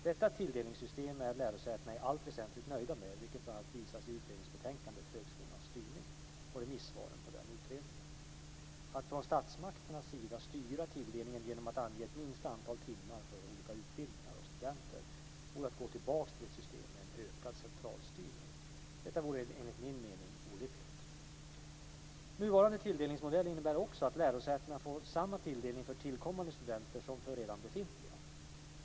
Detta tilldelningssystem är lärosätena i allt väsentligt nöjda med, vilket visas bl.a. i utredningsbetänkandet Högskolans styrning och remissvaren på den utredningen. Att från statsmakternas sida styra tilldelningen genom att ange ett minsta antal timmar för olika utbildningar och studenter vore att gå tillbaka till ett system med ökad centralstyrning. Detta vore enligt min mening olyckligt. Nuvarande tilldelningsmodell innebär också att lärosätena får samma tilldelning för tillkommande studenter som för redan befintliga.